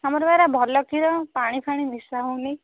ଆମର ପରା ଭଲ କ୍ଷୀର ପାଣି ଫାଣି ମିଶା ହେଉନି